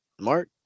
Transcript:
Mark